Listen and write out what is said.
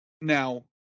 Now